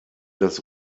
das